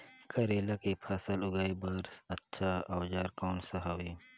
करेला के फसल उगाई बार अच्छा औजार कोन सा हवे?